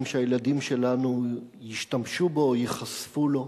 שהילדים שלנו ישתמשו בה או ייחשפו לה,